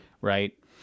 Right